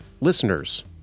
listeners